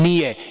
Nije.